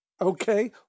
Okay